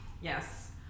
Yes